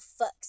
fucks